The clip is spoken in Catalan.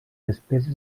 despeses